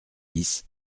dix